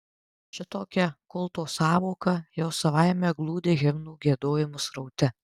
šitokia kulto sąvoka jau savaime glūdi himnų giedojimo sraute